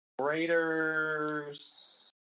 Raiders